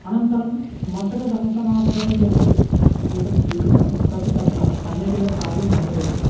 अनन्तरं मशकदंशनार्थं यत् एतद् स्वीकृतं तत् तत्र सम्यगेव कार्यं न करोति स्म